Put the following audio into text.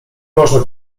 można